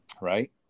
right